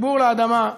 חיבור לאדמה,